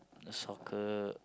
soccer